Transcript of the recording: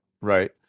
right